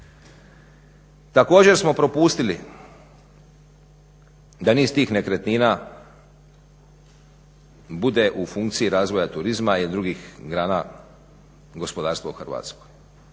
Također smo propustili da niz tih nekretnina bude u funkciji razvoja turizma i drugih grana gospodarstva u Hrvatskoj.